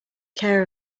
care